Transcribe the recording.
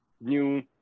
new